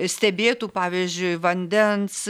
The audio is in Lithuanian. stebėtų pavyzdžiui vandens